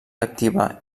activa